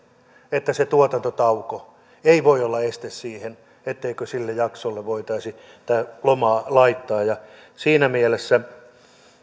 että se tuotantotauko ei voi olla este sille etteikö sille jaksolle voitaisi tätä lomaa laittaa siinä mielessä